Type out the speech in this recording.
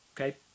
okay